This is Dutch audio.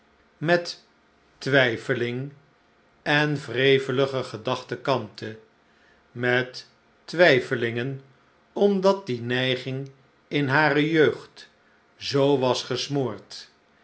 met twijfeling en wrevelige gedachten kampte met twijfelingen omdat die neiging in hare jeugd zoo was gesmoord